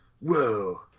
Whoa